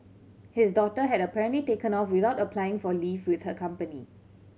his daughter had apparently taken off without applying for leave with her company